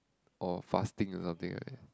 or fasting or something like that